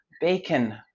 bacon